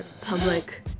public